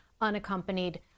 unaccompanied